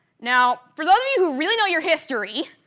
now, for those of you who really know your history,